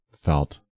felt